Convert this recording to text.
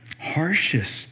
harshest